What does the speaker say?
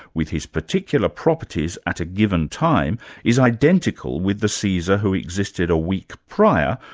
with his particular properties at a given time, is identical with the caesar who existed a week prior,